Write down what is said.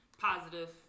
positive